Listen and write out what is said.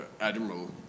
Admiral